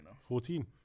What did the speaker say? Fourteen